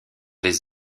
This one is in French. les